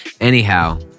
Anyhow